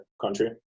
country